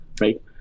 right